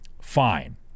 fine